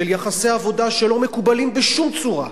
של יחסי עבודה שלא מקובלים בשום צורה,